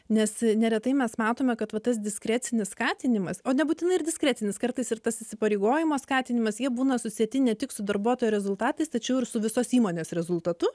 nes neretai mes matome kad va tas diskrecinis skatinimas o nebūtinai ir diskrecinis kartais ir tas įsipareigojimo skatinimas jie būna susieti ne tik su darbuotojo rezultatais tačiau ir su visos įmonės rezultatu